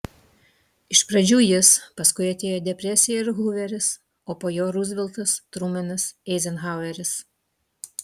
iš pradžių jis paskui atėjo depresija ir huveris o po jo ruzveltas trumenas eizenhaueris